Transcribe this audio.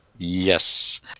Yes